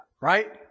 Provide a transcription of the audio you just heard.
Right